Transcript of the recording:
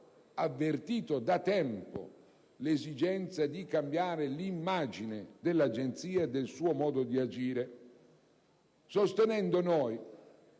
avvertito da tempo l'esigenza di cambiare l'immagine dell'Agenzia e del suo modo di agire sostenendo noi,